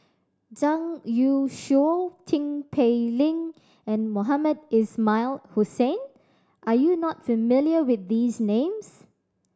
Zhang Youshuo Tin Pei Ling and Mohamed Ismail Hussain are you not familiar with these names